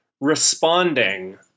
responding